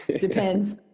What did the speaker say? Depends